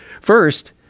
First